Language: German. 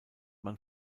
man